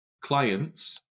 clients